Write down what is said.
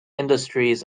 industries